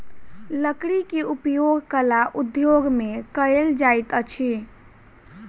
लकड़ी के उपयोग कला उद्योग में कयल जाइत अछि